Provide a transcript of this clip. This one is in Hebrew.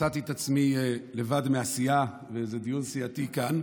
מצאתי את עצמי לבד מהסיעה באיזה דיון סיעתי כאן,